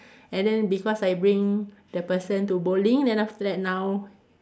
and then because I bring the person to bowling then after that now